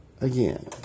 Again